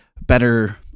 Better